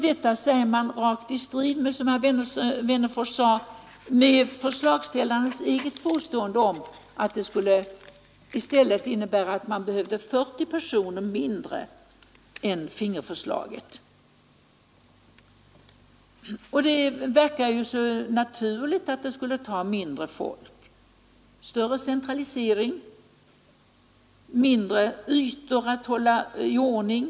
Detta påstår man rakt i strid med, som herr Wennerfors framhöll, förslagsställarens eget påstående om att det i stället skulle innebära att man behövde 40 personer mindre än med fingerhusförslaget. Det verkar naturligt att man skulle behöva mindre folk enligt det förslaget, eftersom det där är större centralisering och därför mindre ytor att hålla i ordning.